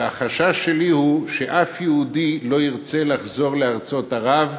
והחשש שלי הוא שאף יהודי לא ירצה לחזור לארצות ערב,